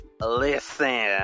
Listen